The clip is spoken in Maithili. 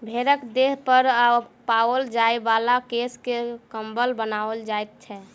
भेंड़क देह पर पाओल जाय बला केश सॅ कम्बल बनाओल जाइत छै